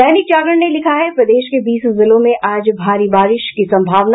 दैनिक जागरण ने लिखा है प्रदेश के बीस जिलों में आज भारी बारिश की सम्भावना